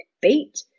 beat